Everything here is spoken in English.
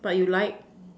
but you like